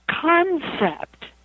concept